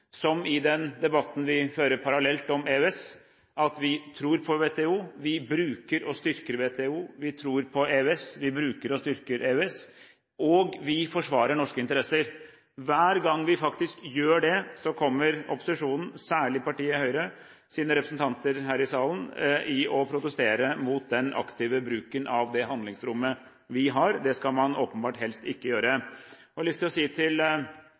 som i den debatten vi fører parallelt om EØS, at vi tror på WTO, vi bruker og styrker WTO, vi tror på EØS, vi bruker og styrker EØS, og vi forsvarer norske interesser. Hver gang vi faktisk gjør det, kommer opposisjonen – særlig partiet Høyres representanter her i salen – og protesterer mot den aktive bruken av det handlingsrommet vi har. Det skal man åpenbart helst ikke gjøre. Jeg har lyst til å gi en kommentar til